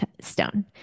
stone